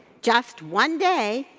just one day,